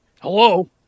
Hello